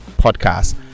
podcast